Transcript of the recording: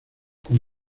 con